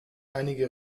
einige